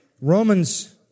Romans